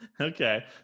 okay